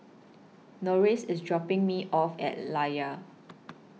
Norris IS dropping Me off At Layar